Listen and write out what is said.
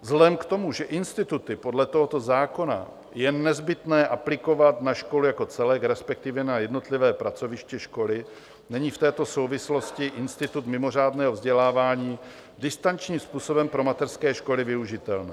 Vzhledem k tomu, že instituty podle tohoto zákona je nezbytné aplikovat na školu jako celek, respektive na jednotlivá pracoviště školy, není v této souvislosti institut mimořádného vzdělávání distančním způsobem pro mateřské školy využitelný.